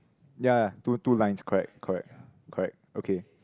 ya ya two two lines correct correct correct okay